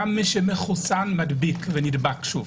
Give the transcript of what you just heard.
גם מי שמחוסן נדבק ומדביק שוב.